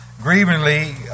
grievingly